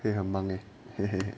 会很忙诶嘿嘿